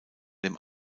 dem